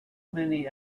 many